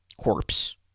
corpse